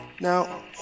Now